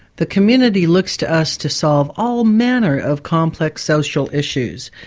the community looks to us to solve all manner of complex social issues,